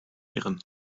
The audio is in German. irren